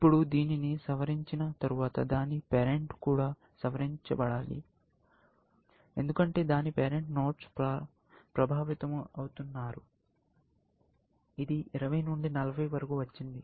ఇప్పుడు దీనిని సవరించిన తరువాత దాని పేరెంట్ కూడా సవరించబడాలి ఎందుకంటే దాని పేరెంట్ నోడ్స్ ప్రభావితమవుతున్నారు ఇది 20 నుండి 40 వరకు వచ్చింది